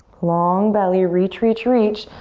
long belly reach, reach, reach.